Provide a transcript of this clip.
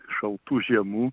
šaltų žiemų